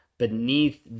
beneath